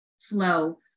flow